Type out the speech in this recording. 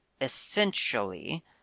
essentially